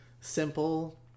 simple